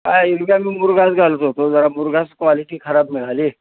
काय एरव्ही आम्ही मुरघास घालत होतो जरा मुरघास क्वालिटी खराब मिळाली